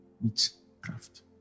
witchcraft